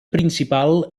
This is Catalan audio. principal